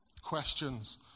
Questions